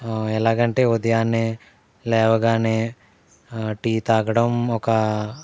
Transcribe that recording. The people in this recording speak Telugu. ఎలాగంటే ఉదయాన్నే లేవగానే టీ తాగడం ఒక